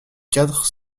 quatre